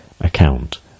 account